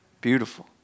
Beautiful